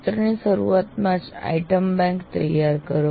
સત્રની શરૂઆતમાં જ આઇટમ બેંક તૈયાર કરો